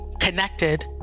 connected